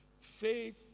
Faith